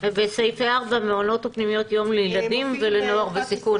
בסעיפי 4: מעונות ופנימיות יום לילדים ולנוער בסיכון.